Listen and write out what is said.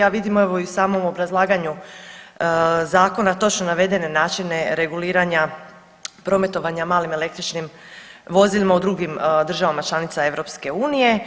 Ja vidim evo i u samom obrazlaganju zakona točno navedene načine reguliranja prometovanja malim električnim vozilima u drugim državama članicama EU.